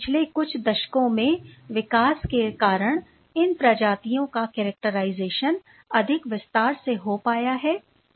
पिछले कुछ दशकों में विकास के कारण इन प्रजातियों का कैरक्टराइजेशन अधिक विस्तार से हो पाया है